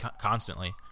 constantly